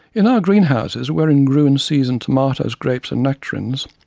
in our greenhouses, wherein grew in season tomatoes, grapes and nectarines,